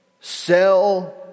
sell